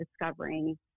discovering